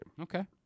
Okay